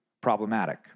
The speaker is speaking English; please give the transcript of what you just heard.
problematic